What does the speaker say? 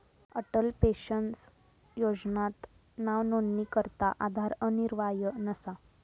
Atal pension योजनात नावनोंदणीकरता आधार अनिवार्य नसा